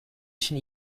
için